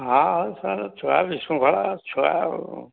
ହଁ ହଉ ସେମାନେ ଛୁଆ ବିଶୃଙ୍ଖଳା ଛୁଆ ଆଉ